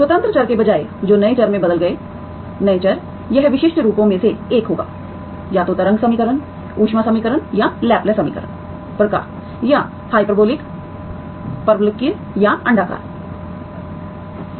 स्वतंत्र चर के बजाय जो नए चर में बदल गए नए चर यह विशिष्ट रूपों में से एक होगा या तो तरंग समीकरण ऊष्मा समीकरण या लैपलेस समीकरण प्रकार या हाइपरबोलिक परवलयिक या अण्डाकारhyperbolic parabolic or elliptic